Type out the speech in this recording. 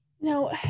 Now